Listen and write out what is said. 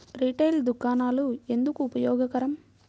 Retail దుకాణాలు ఎందుకు ఉపయోగకరం?